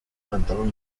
pantalón